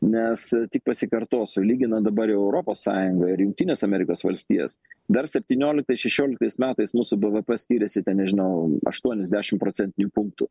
nes tik pasikartosiu lyginant dabar jau europos sąjungą ir jungtines amerikos valstijas dar septynioliktais šešioliktais metais mūsų bvp skyrėsi ten nežinau aštuonis dešimt procentinių punktų